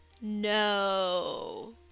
no